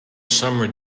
summer